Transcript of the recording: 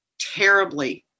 terribly